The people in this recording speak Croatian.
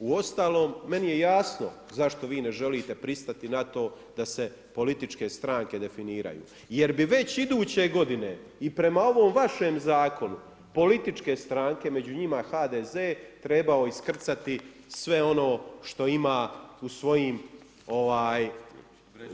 Uostalom, meni je jasno zašto vi ne želite pristati na to da se političke stranke definiraju jer bi već iduće godine i prema ovom vašem zakonu političke stranke, među njima HDZ trebao iskrcati sve ono što ima